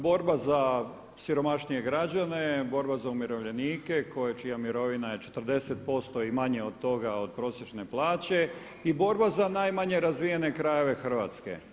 Borba za siromašnije građane, borba za umirovljenike čija mirovina je 40% i manje od toga od prosječne plače i borba za najmanje razvijene krajeve Hrvatske.